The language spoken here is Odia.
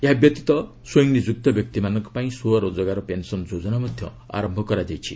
ଏହା ବ୍ୟତୀତ ସ୍ୱୟଂନିଯୁକ୍ତ ବ୍ୟକ୍ତିମାନଙ୍କ ପାଇଁ ସ୍ୱରୋଜଗାର ପେନ୍ସନ୍ ଯୋଜନା ମଧ୍ୟ ଆରମ୍ଭ କରାଯାଇଛି